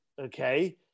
okay